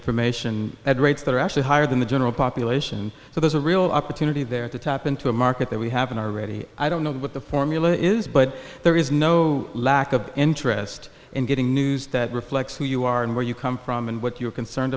information at rates that are actually higher than the general population so there's a real opportunity there to tap into a market that we haven't already i don't know what the formula is but there is no lack of interest in getting news that reflects who you are and where you come from and what you're concerned